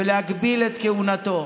ולהגביל את כהונתו.